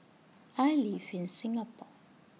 I live in Singapore